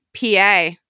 PA